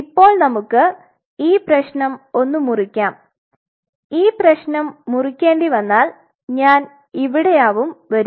ഇപ്പോൾ നമ്മുക് ഈ പ്രശ്നം ഒന്ന് മുറിക്കാം ഈ പ്രശ്നം മുറിക്കേണ്ടിവന്നാൽ ഞാൻ ഇവിടെയാവും വരുക